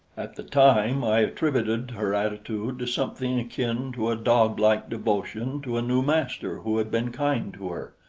at the time i attributed her attitude to something akin to a doglike devotion to a new master who had been kind to her.